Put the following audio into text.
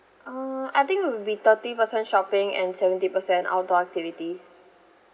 uh I think it will be thirty percent shopping and seventy percent outdoor activities